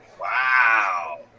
Wow